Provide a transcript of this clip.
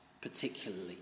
particularly